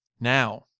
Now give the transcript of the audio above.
Now